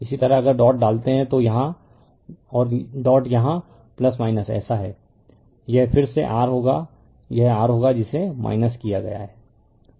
इसी तरह अगर डॉट डालते हैं तो यहां और डॉट यहाँ ऐसा है यह फिर से r होगा यह r होगा जिसे किया जाएगा